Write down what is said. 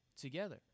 together